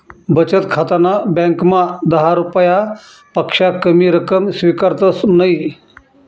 बचत खाताना ब्यांकमा दहा रुपयापक्सा कमी रक्कम स्वीकारतंस नयी